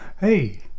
Hey